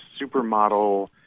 supermodel